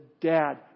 Dad